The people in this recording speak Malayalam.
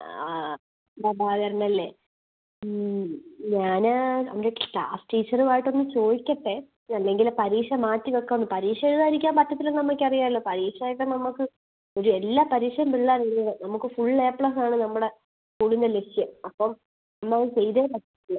ആ പ്രഭാകരനല്ലേ ഞാൻ അവൻ്റെ ക്ലാസ് ടീച്ചറുവായിട്ടൊന്ന് ചോദിക്കട്ടെ അല്ലെങ്കിൽ പരീക്ഷ മാറ്റി വെക്കോന്ന് പരീക്ഷ എഴുതാതിരിക്കാൻ പറ്റത്തില്ലെന്നമ്മക്കറിയാല്ലോ പരീക്ഷായിട്ട് നമുക്ക് ഒരു എല്ലാ പരീക്ഷയും പിള്ളാരെഴുതണം നമുക്ക് ഫുൾ ഏ പ്ലസാണ് നമ്മുടെ സ്കൂളിന്റെ ലക്ഷ്യം അപ്പം അമ്മ ചെയ്തേ പറ്റത്തൊള്ളു